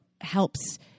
helps